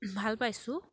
ভাল পাইছোঁ